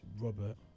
Robert